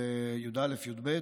י"א -"ב,